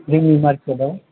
जोंनि मारकेट आव